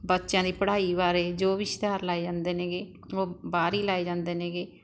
ਬੱਚਿਆਂ ਦੀ ਪੜ੍ਹਾਈ ਬਾਰੇ ਜੋ ਵੀ ਇਸ਼ਤਿਹਾਰ ਲਾਏ ਜਾਂਦੇ ਨੇ ਗੇ ਉਹ ਬਾਹਰ ਹੀ ਲਾਏ ਜਾਂਦੇ ਨੇ ਗੇ